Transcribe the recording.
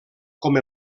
com